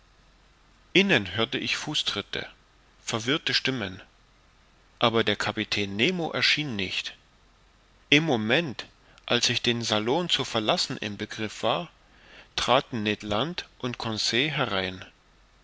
innen hörte ich fußtritte verwirrte stimmen aber der kapitän nemo erschien nicht im moment als ich den salon zu verlassen im begriff war traten ned land und conseil ein